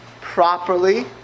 properly